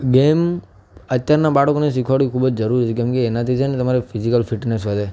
game અત્યારનાં બાળકોને શિખવાડવી ખૂબ જ જરૂરી છે કેમ કે એનાથી છે ને તમારે ફિઝિકલ ફિટનેસ વધે